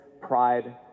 pride